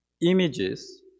Images